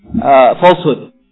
falsehood